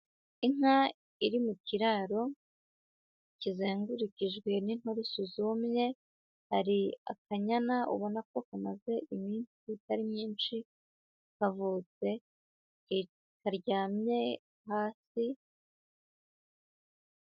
Inka iri mu kiraro kizengurukijwe n'inturusu zumye, hari akanyana ubona ko kamaze iminsi itari myinshi kavutse, karyamye hasi.